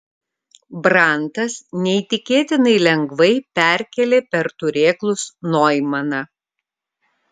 brantas neįtikėtinai lengvai perkėlė per turėklus noimaną